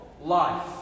life